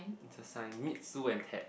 it's a sign meet Su and Ted